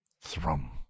thrum